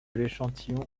l’échantillon